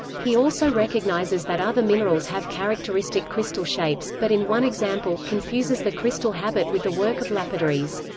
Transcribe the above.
he also recognises that other minerals have characteristic crystal shapes, but in one example, confuses the crystal habit with the work of lapidaries.